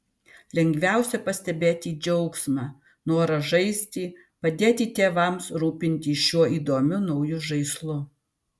lengviausia pastebėti džiaugsmą norą žaisti padėti tėvams rūpintis šiuo įdomiu nauju žaislu